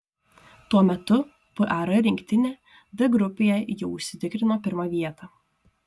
tuo metu par rinktinė d grupėje jau užsitikrino pirmą vietą